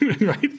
right